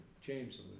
James